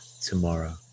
tomorrow